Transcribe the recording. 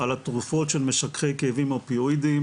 על התרופות של משככי כאבים האופיואידים